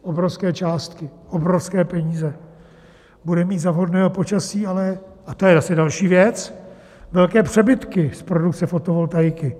Obrovské částky, obrovské peníze, a bude mít za vhodného počasí, a to je asi další věc, velké přebytky z produkce fotovoltaiky.